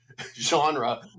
genre